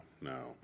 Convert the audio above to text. no